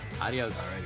adios